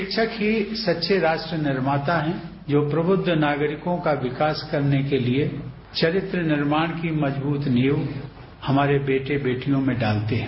शिक्षक ही सच्चेच राष्ट्र निर्माता है जो प्रबुद्ध नागरिकों का विकास करने के लिए चरित्र निर्माण की मजबूत नींव हमारे बेटे बेटियों में डालते हैं